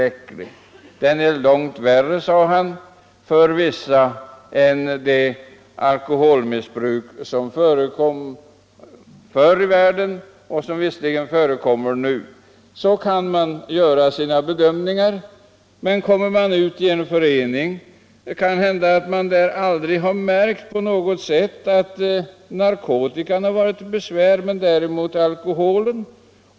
Narkotika är långt värre, sade han, än det alkoholmissbruk som förekom förr i världen, och som också förekommer nu. — Så kan man göra sina bedömningar, men i en förening kan det ju hända att ingen har märkt att narkotika varit till något besvär, däremot alkoholen.